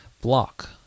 block